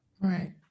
right